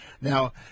Now